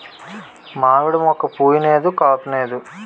మావిడి మోక్క పుయ్ నేదు కాపూనేదు